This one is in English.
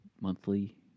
monthly